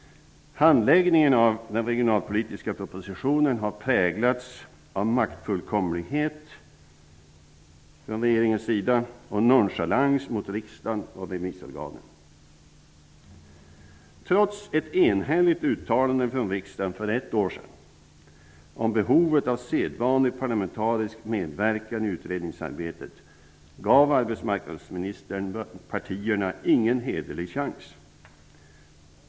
Handläggningen av den regionalpolitiska propositionen har från regeringens sida präglats av maktfullkomlighet och nonchalans mot riksdagen och remissorganen. Trots ett enhälligt uttalande från riksdagen för ett år sedan om behovet av sedvanlig parlamentarisk medverkan i utredningsarbetet gav arbetsmarknadsministern inte partierna någon hederlig chans.